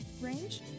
range